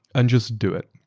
and just do it.